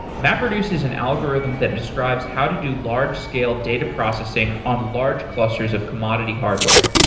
mapreduce is an algorithm that describes how to do large-scale data processing on large clusters of commodity hardware.